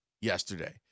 yesterday